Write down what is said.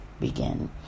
begin